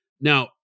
Now